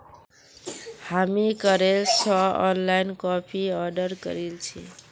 हामी केरल स ऑनलाइन काफी ऑर्डर करील छि